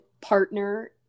partner